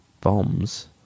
Bombs